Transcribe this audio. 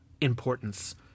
importance